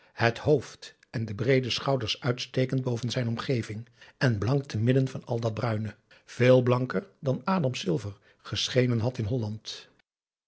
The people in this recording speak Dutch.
het hoofd en de breede schouders uitstekend boven zijn omgeving en blank te midden van al dat bruine veel blanker dan adam silver geschenen had in holland